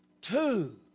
Two